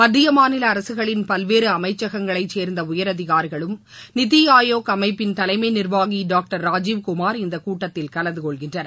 மத்திய மாநில அரசுகளின் பல்வேறு அமைச்சகங்களை சேர்ந்த உயரதிகாரிகளும் நிதி ஆயோக் அமைப்பின் தலைமை நிர்வாகி டாக்டர் ராஜீவ் குமார் இந்த கூட்டத்தில் கலந்து கொள்கின்றனர்